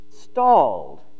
stalled